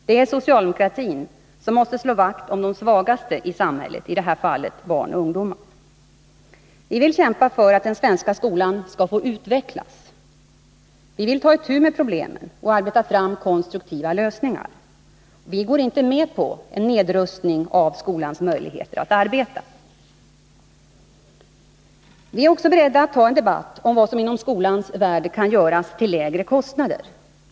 Det är socialdemokratin som måste slå vakt om de svagaste i samhället, i detta fall barn och ungdomar. Vi vill kämpa för att den svenska skolan skall få utvecklas. Vi problemen och arbeta fram konstruktiva lösningar. Vi går inte med på en nedrustning av skolans möjligheter att arbeta. Vi är också beredda att gå in i en debatt om vad som inom skolan kan göras till lägre kostnader.